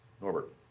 Norbert